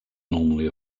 normally